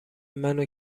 منو